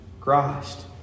Christ